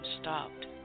stopped